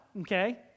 okay